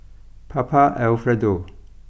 Papa Alfredo